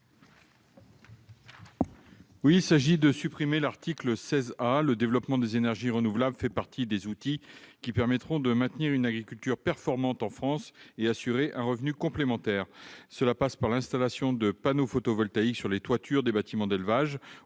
: La parole est à M. le ministre. Le développement des énergies renouvelables fait partie des leviers qui permettront de maintenir une agriculture performante en France et d'assurer aux agriculteurs un revenu complémentaire. Cela passe par l'installation de panneaux photovoltaïques sur les toitures des bâtiments d'élevage